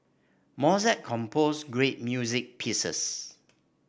Mozart composed great music pieces